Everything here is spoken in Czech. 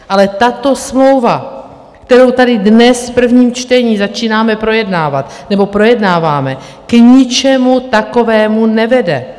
Ale tato smlouva, kterou tady dnes v prvním čtení začínáme projednávat, nebo projednáváme, k ničemu takovému nevede.